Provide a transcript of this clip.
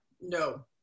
no